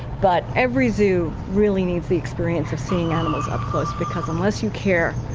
but every zoo really needs the experience of seeing animals up close, because unless you care,